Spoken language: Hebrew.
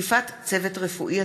(תקיפת צוות רפואי),